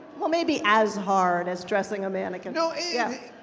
well, maybe as hard as dressing a mannequin. so yeah